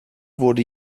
wurde